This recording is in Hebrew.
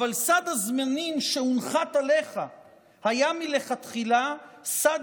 אבל סד הזמנים שהונחת עליך היה מלכתחילה סד